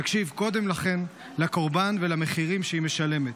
תקשיב קודם לכן לקורבן ולמחירים שהיא משלמת.